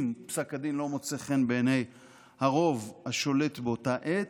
אם פסק הדין לא מוצא חן בעיני הרוב השולט באותה העת,